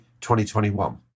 2021